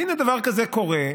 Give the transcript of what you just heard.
והינה, דבר כזה קורה,